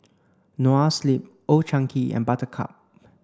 Noa Sleep Old Chang Kee and Buttercup